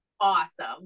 Awesome